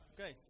Okay